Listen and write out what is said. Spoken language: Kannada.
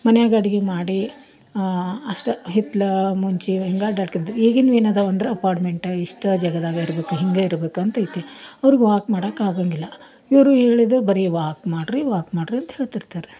ಮನೆಯಾಗೆ ಅಡಿಗೆ ಮಾಡಿ ಅಷ್ಟ ಹಿತ್ಲಾ ಮುಂಚೆ ಹಿಂಗೆ ಅಡ್ಡಾಡ್ತಿದ್ದರು ಈಗಿನ ಏನದಾವ ಅಂದ್ರೆ ಅಪಾರ್ಟ್ಮೆಂಟ್ ಇಷ್ಟ ಜಗದಾಗ ಇರಬೇಕು ಹಿಂಗೆ ಇರಬೇಕು ಅಂತೈತಿ ಅವರ್ಗ್ ವಾಕ್ ಮಾಡಾಕೆ ಆಗಂಗಿಲ್ಲ ಇವರು ಹೇಳುದು ಬರೀ ವಾಕ್ ಮಾಡ್ರಿ ವಾಕ್ ಮಾಡ್ರಿ ಅಂತ್ ಹೇಳ್ತಿರ್ತಾರೆ